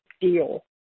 deal